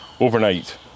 overnight